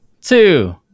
two